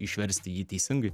išversti jį teisingai